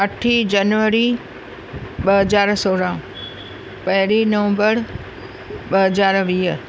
अठी जनवरी ॿ हज़ार सोरहं पहिरीं नवंबरु ॿ हज़ार वीह